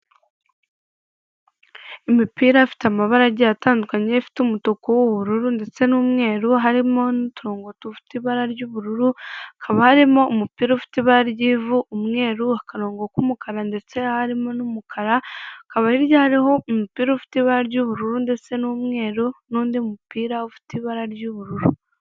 Imipira ifite amabara agiye atandukanye, ifite umutuku, ubururu ndetse n'umweru harimo n'uturongo dufite ibara ry'ubururu, hakaba harimo umupira ufite ibara ry'ivu, umweru, akarongo k'umukara ndetse harimo n'umukara, hakaba hirya hariho umupira ufite ibara ry'ubururu ndetse n'umweru n'undi mupira ufite ibara ry'ubururu.